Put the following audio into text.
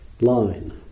line